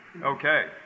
Okay